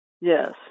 Yes